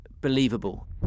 believable